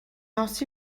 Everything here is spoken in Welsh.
haws